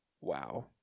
Wow